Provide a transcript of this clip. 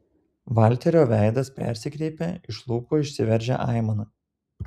valterio veidas persikreipė iš lūpų išsiveržė aimana